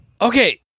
Okay